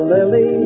Lily